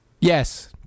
Yes